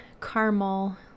caramel